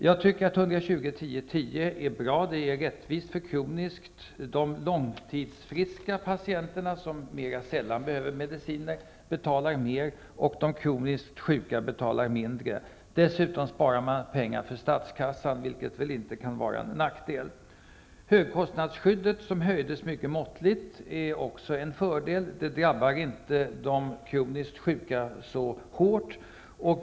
Jag tycker att 120--10--10 är bra. Det är rättvist. De långtidsfriska patienterna som mer sällan behöver mediciner betalar mer och de kroniskt sjuka betalar mindre. Dessutom sparar man pengar till statskassan, vilket inte kan vara en nackdel. Högkostnadsskyddet som höjdes mycket måttligt är också en fördel. Det drabbar inte de kroniskt sjuka så hårt.